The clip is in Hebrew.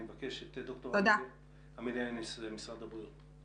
אני מבקש את ד"ר אמיליה אניס ממשרד הבריאות.